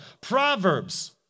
Proverbs